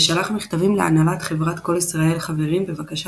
ושלח מכתבים להנהלת חברת כל ישראל חברים בבקשה